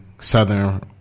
Southern